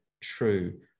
true